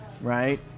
right